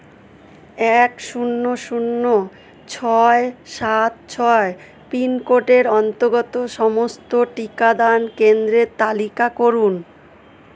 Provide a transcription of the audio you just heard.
এক শূন্য শূন্য ছয় সাত ছয় পিনকোডের অন্তর্গত সমস্ত টিকাদান কেন্দ্রের তালিকা করুন